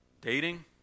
dating